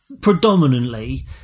Predominantly